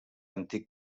antic